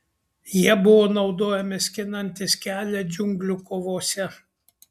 jie buvo naudojami skinantis kelią džiunglių kovose